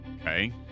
Okay